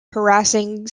harassing